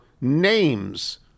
names